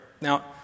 Now